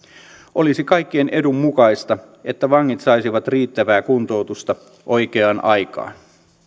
olisi kaikkien edun mukaista että vangit saisivat riittävää kuntoutusta oikeaan aikaan